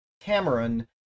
Cameron